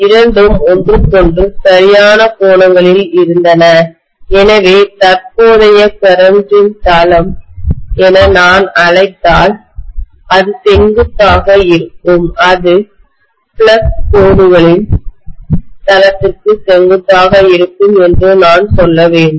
இரண்டும்ஒன்றுக்கொன்று சரியான கோணங்களில் இருந்தன எனவே தற்போதைய கரண்ட் ன் தளம் என நான் அழைத்தால் அது செங்குத்தாக இருக்கும் அது ஃப்ளக்ஸ் கோடுகளின் தளத்திற்கு செங்குத்தாக இருக்கும் என்று நான் சொல்ல வேண்டும்